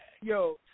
Yo